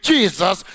Jesus